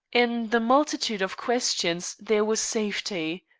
in the multitude of questions there was safety.